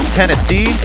Tennessee